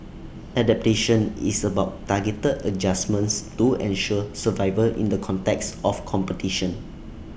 adaptation is about targeted adjustments to ensure survival in the context of competition